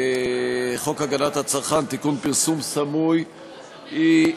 הצעת חוק הגנת הצרכן (תיקון, פרסום סמוי), היא,